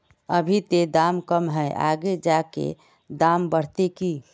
अभी ते दाम कम है आगे जाके दाम बढ़ते की?